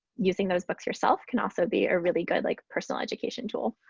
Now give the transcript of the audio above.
using those books yourself can also be a really good like personal education tool.